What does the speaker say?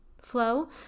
flow